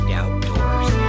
outdoors